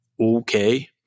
Okay